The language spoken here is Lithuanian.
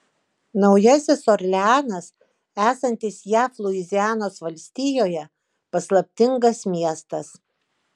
naujasis orleanas esantis jav luizianos valstijoje paslaptingas miestas